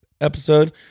episode